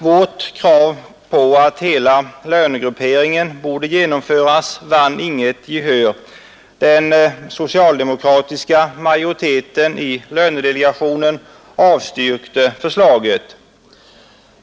Vårt krav på att hela lönegrupperingen borde avskaffas vann inget gehör; den socialdemokratiska majoriteten i lönedelegationen avstyrkte förslaget.